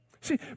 See